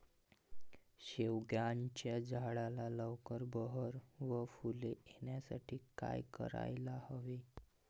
शेवग्याच्या झाडाला लवकर बहर व फूले येण्यासाठी काय करायला हवे?